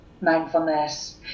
mindfulness